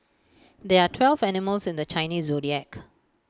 there are twelve animals in the Chinese Zodiac